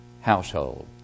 household